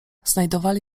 znajdowali